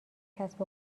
کسب